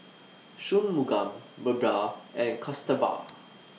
Shunmugam Birbal and Kasturba